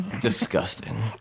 Disgusting